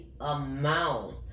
amount